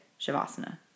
Shavasana